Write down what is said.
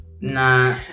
Nah